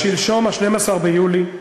שלשום, 12 ביולי,